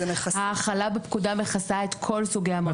ההחלה בפקודה מכסה את כל סוגי המועצות המקומיות.